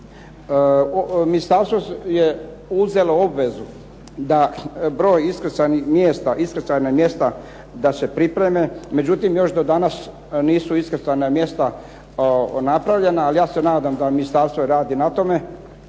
Ministarstvo je uzelo obvezu da broj, iskrcajna mjesta da se pripreme, međutim još do danas nisu iskrcajna mjesta napravljena, ali ja se nadam da ministarstvo radi na tome.